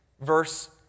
verse